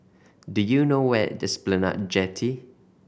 do you know where is Esplanade Jetty